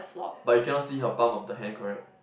but you cannot see her palm on the hand correct